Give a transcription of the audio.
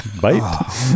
Bite